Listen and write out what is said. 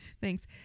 Thanks